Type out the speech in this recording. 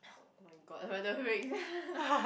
oh-my-god whether